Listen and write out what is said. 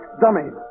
dummies